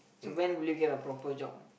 so when will you get a proper job